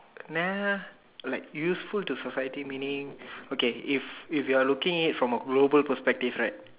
nah like useful to the society meaning okay if you looking it at a global perspective right